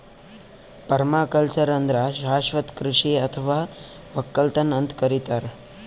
permaculture ಅಂದ್ರ ಶಾಶ್ವತ್ ಕೃಷಿ ಅಥವಾ ವಕ್ಕಲತನ್ ಅಂತ್ ಕರಿತಾರ್